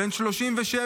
בן 37,